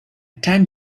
tan